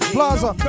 Plaza